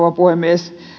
rouva puhemies